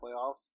playoffs